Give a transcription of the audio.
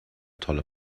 tolle